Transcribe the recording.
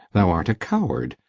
thou art a coward,